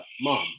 Mom